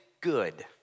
good